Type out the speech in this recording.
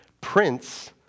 prince